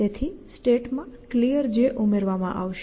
તેથી સ્ટેટમાં Clear ઉમેરવામાં આવશે